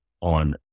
on